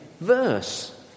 verse